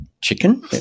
chicken